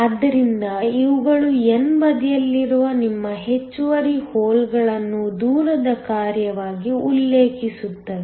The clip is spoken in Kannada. ಆದ್ದರಿಂದ ಇವುಗಳು n ಬದಿಯಲ್ಲಿರುವ ನಿಮ್ಮ ಹೆಚ್ಚುವರಿ ಹೋಲ್ಗಳನ್ನು ದೂರದ ಕಾರ್ಯವಾಗಿ ಉಲ್ಲೇಖಿಸುತ್ತವೆ